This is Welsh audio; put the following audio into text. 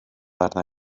arna